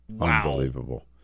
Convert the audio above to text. Unbelievable